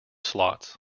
slots